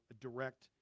direct